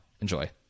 Enjoy